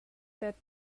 that